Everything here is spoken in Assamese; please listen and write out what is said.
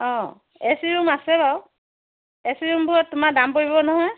অঁ এ চি ৰুম আছে বাৰু এ চি ৰুমবোৰত তোমাৰ দাম পৰিব নহয়